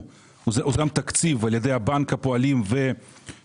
אדוני היושב-ראש, תרופה לפרק זמן קצוב מאוד, מאוד